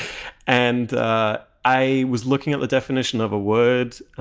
and i was looking at the definition of a word,